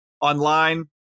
online